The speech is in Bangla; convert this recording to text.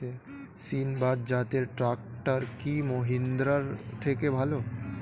সিণবাদ জাতের ট্রাকটার কি মহিন্দ্রার থেকে ভালো?